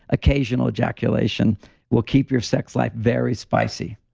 occasional ejaculation will keep your sex life very spicy.